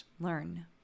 learn